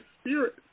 spirit